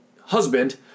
husband